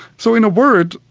so in a word,